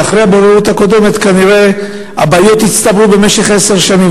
ואחרי הבוררות הקודמת כנראה הבעיות הצטברו במשך עשר שנים,